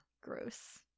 gross